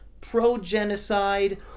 pro-genocide